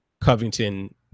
Covington